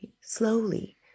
slowly